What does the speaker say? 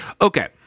Okay